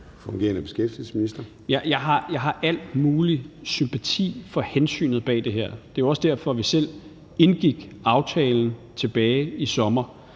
Peter Hummelgaard (fg.): Jeg har al mulig sympati for hensynet bag det her. Det er også derfor, vi selv indgik aftalen tilbage i sommer;